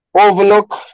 overlook